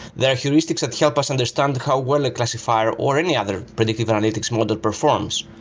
there are heuristics that help us understand how well a classifier or any other predictive analytics model performs,